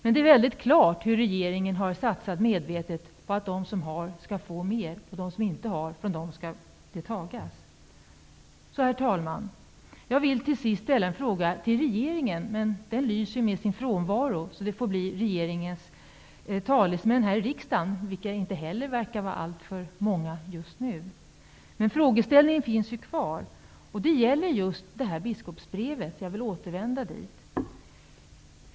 Men det är mycket klart hur regeringen medvetet har satsat på att de som har skall få mer och att från dem som inte har skall det tagas. Herr talman! Jag vill till sist ställa en fråga till regeringen, som dock lyser med sin frånvaro, så det får bli till regeringens talesmän här i riksdagen, vilka inte heller verkar vara alltför många just nu. Frågan gäller biskopsbrevet -- jag vill återkomma till det.